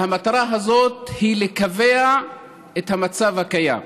והמטרה הזאת היא לקבע את המצב הקיים,